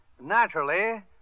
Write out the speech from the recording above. Naturally